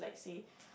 say